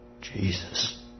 Jesus